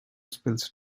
spills